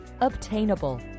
Obtainable